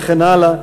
וכן הלאה,